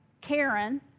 Karen